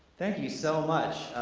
thank you so much!